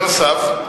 בנוסף,